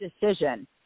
decision